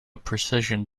precision